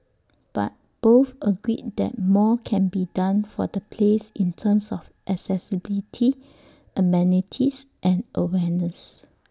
but both agreed that more can be done for the place in terms of accessibility amenities and awareness